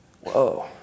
Whoa